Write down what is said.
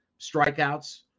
strikeouts